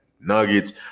Nuggets